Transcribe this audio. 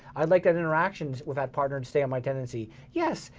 i'd like that interactions with that partner to stay on my tenancy. yes,